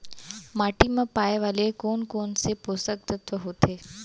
माटी मा पाए वाले कोन कोन से पोसक तत्व होथे?